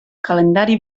calendari